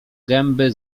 gęby